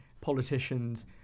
politicians